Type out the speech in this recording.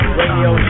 radio